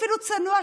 אפילו צנוע,